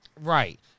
Right